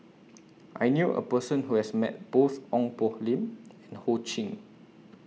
I knew A Person Who has Met Both Ong Poh Lim and Ho Ching